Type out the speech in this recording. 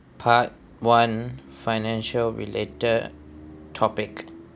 part one financial related topic